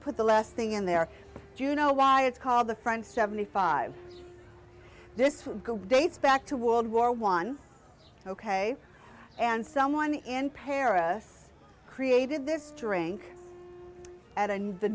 put the last thing in there you know why it's called the front seventy five this would dates back to world war one ok and someone in paris created this drink at and the